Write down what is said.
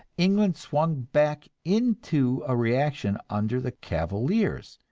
england swung back into a reaction under the cavaliers,